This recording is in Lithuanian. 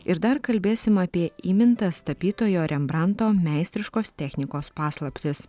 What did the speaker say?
ir dar kalbėsim apie įmintas tapytojo rembranto meistriškos technikos paslaptis